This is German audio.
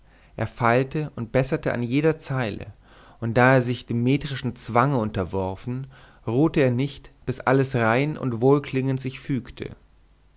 er feilte und besserte an jeder zeile und da er sich dem metrischen zwange unterworfen ruhte er nicht bis alles rein und wohlklingend sich fügte